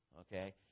Okay